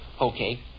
Okay